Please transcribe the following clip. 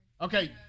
Okay